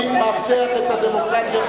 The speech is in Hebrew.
אני מאבטח את הדמוקרטיה.